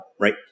right